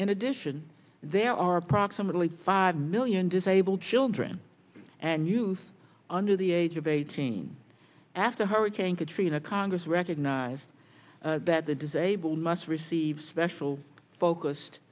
in addition there are approximately five million disabled children and youth under the age of eighteen after hurricane katrina congress recognized that the disabled must receive special focused